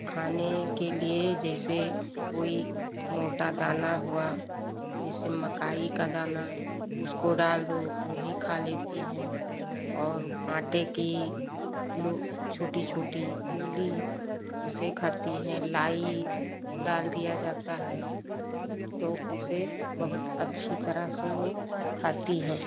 खाने के लिए जैसे कोई मोटा दाना हुआ जैसे मकई का दाना उसको डाल दो वही खा लेती हैं और आटे की लो छोटी छोटी गोली उसे खाती हैं लाई डाल दिया जाता है तो उसे बहुत अच्छी तरह से वह खाती हैं